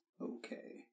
okay